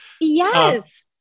Yes